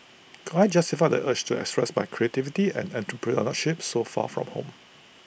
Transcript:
could I justify the urge to express my creativity and entrepreneurship so far from home